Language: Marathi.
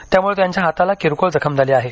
त्यामुळं त्यांच्या हाताला किरकोळ जखम झाली आहे